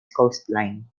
coastline